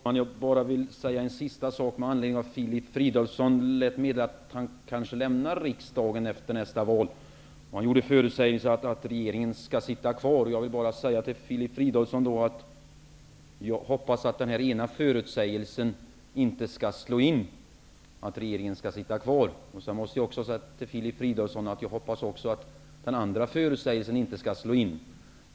Herr talman! Jag vill bara säga en sista sak med anledning av att Filip Fridolfsson lät meddela att han kanske lämnar riksdagen efter nästa val. Han gjorde förutsägelsen att regeringen skall sitta kvar. Jag hoppas att den förutsägelsen inte skall slå in, att regeringen skall sitta kvar. Jag måste också säga till Filip Fridolfsson att jag hoppas att den andra förutsägelsen inte skall slå in.